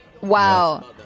Wow